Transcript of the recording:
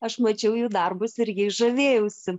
aš mačiau jų darbus ir jais žavėjausi